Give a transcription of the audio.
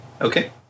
Okay